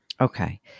Okay